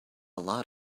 lot